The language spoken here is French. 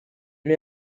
met